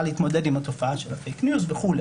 להתמודד עם התופעה של הפייק ניוז וכו',